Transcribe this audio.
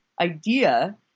idea